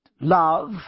love